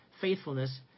faithfulness